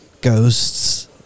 ghosts